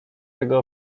tego